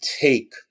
take